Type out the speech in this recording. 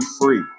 free